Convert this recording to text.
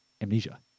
amnesia